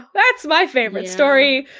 that's my favorite story.